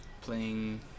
playing